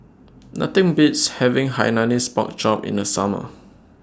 Nothing Beats having Hainanese Pork Chop in The Summer